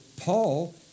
Paul